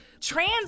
Trans